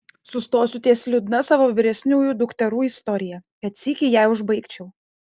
sustosiu ties liūdna savo vyresniųjų dukterų istorija kad sykį ją užbaigčiau